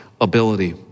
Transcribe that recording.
ability